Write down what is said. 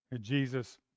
Jesus